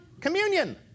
communion